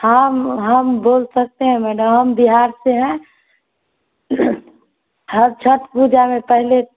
हम हम बोल सकते है मैडम हम बिहार से है हर छठ पूजा में पहले